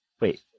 Wait